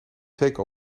zeker